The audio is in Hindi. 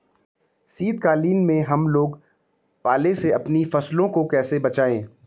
शीतकालीन में हम लोग पाले से अपनी फसलों को कैसे बचाएं?